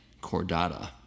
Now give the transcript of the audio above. Cordata